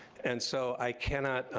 and so, i cannot,